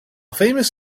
famous